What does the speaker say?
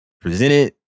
presented